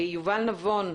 יובל נבון,